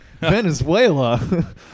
Venezuela